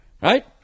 Right